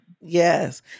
Yes